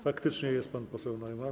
Faktycznie, jest pan poseł Neumann.